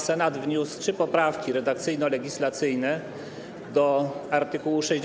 Senat wniósł trzy poprawki redakcyjno-legislacyjne do art. 62f.